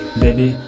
baby